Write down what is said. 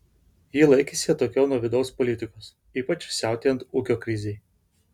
ji laikėsi atokiau nuo vidaus politikos ypač siautėjant ūkio krizei